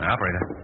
Operator